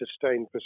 sustained